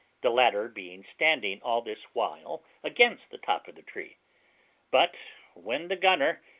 the ladder being standing all this while against the top of the tree but when the gunner,